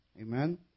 Amen